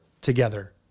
together